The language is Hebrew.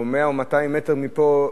או 100 או 200 מטר מפה,